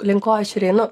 link ko aš ir einu